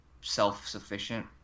self-sufficient